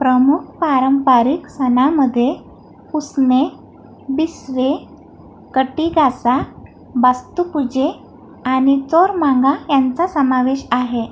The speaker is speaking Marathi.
प्रमुख पारंपारिक सणामध्ये पुस्ने बिस्वे कटीगासा बास्तुपुजे आणि चोरमांगा यांचा समावेश आहे